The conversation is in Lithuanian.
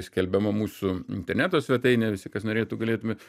skelbiama mūsų interneto svetainėje visi kas norėtų galėtumėt